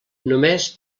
només